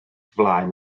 flaen